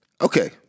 okay